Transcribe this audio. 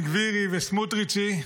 הבן גבירי והסמוטריצ'י,